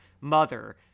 mother